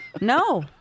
no